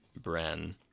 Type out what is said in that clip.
Bren